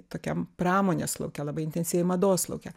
tokiam pramonės lauke labai intensyviai mados lauke